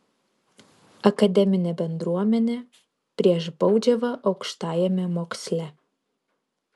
akademinė bendruomenė prieš baudžiavą aukštajame moksle